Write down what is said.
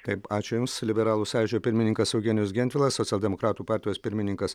taip ačiū jums liberalų sąjūdžio pirmininkas eugenijus gentvilas socialdemokratų partijos pirmininkas